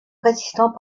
résistant